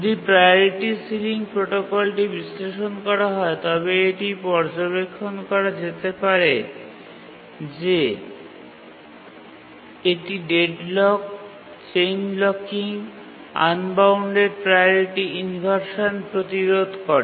যদি priority ceiling প্রোটোকলটি বিশ্লেষণ করা হয় তবে এটি পর্যবেক্ষণ করা যেতে পারে যে এটি deadlock chain blocking unbounded priority inversion প্রতিরোধ করে